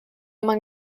man